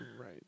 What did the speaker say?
Right